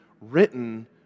written